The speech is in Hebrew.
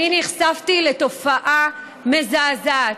אני נחשפתי לתופעה מזעזעת.